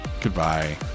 Goodbye